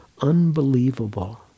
unbelievable